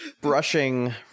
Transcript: brushing